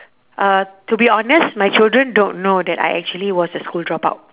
uh to be honest my children don't know that I actually was a school dropout